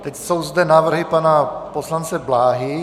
Teď jsou zde návrhy pana poslance Bláhy.